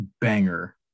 banger